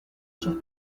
sus